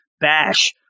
bash